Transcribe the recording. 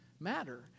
matter